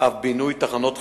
אף בינוי תחנות חדשות.